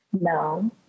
no